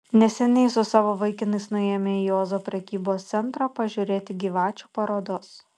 neseniai su savo vaikinais nuėjome į ozo prekybos centrą pažiūrėti gyvačių parodos